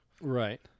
Right